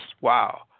Wow